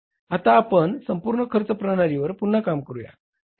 आता आपण संपूर्ण खर्च प्रणालीवर पुन्हा काम करूया